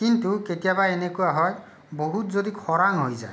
কিন্তু কেতিয়াবা এনেকুৱা হয় বহুত যদি খৰাং হৈ যায়